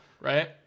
Right